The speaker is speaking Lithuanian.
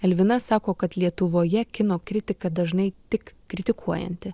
elvina sako kad lietuvoje kino kritika dažnai tik kritikuojanti